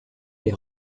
les